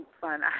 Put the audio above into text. fun